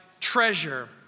treasure